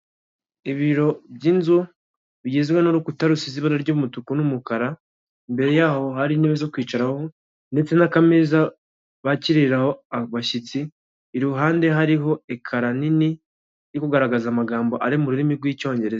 Ibiro by'inzu bigizwe n'urukuta rusize ibara ry'umutuku n'umukara, imbere yaho hari intebe zo kwicaraho ndetse n'akameza bakiriraho abashyitsi, iruhande hariho ekara nini yo kugaragaza amagambo ari mu rurimi rw'icyongereza.